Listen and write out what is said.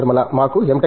నిర్మలా మాకు M